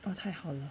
哇太好了